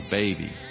baby